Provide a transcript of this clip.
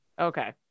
Okay